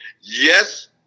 yes